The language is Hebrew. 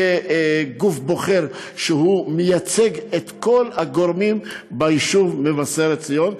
יהיה גוף בוחר שהוא מייצג את כל הגורמים ביישוב מבשרת ציון.